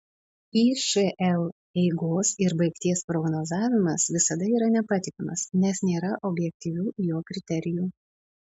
išl eigos ir baigties prognozavimas visada yra nepatikimas nes nėra objektyvių jo kriterijų